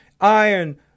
Iron